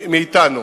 מאתנו.